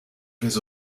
vais